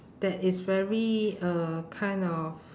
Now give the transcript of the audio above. that is very uh kind of